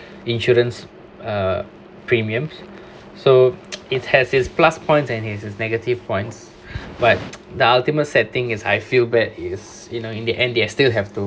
insurance uh premiums so it has its plus points and its negative points but the ultimate setting is I feel bad is you know in the end they are still have to